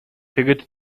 тэгээд